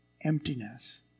emptiness